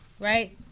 Right